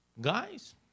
guys